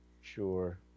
Sure